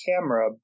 camera